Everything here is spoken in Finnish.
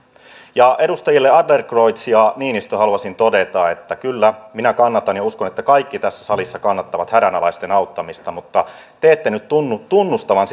edustajille adlercreutz ja niinistö haluaisin todeta että kyllä minä kannatan ja uskon että kaikki tässä salissa kannattavat hädänalaisten auttamista mutta te ette nyt tunnu tunnustavan